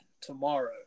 tomorrow